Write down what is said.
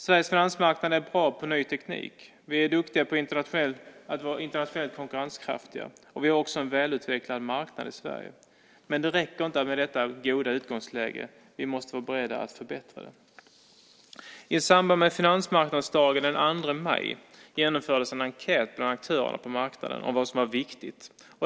Sveriges finansmarknad är bra på ny teknik. Vi är duktiga på att vara internationellt konkurrenskraftiga. Vi har också en väl utvecklad marknad i Sverige. Men det räcker inte med detta goda utgångsläge. Vi måste vara beredda att förbättra det. I samband med finansmarknadsdagen den 2 maj genomfördes en enkät bland aktörerna på marknaden om vad som var viktigt.